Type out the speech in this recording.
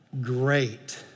great